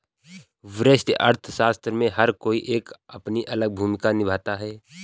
व्यष्टि अर्थशास्त्र में हर कोई एक अपनी अलग भूमिका निभाता है